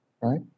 right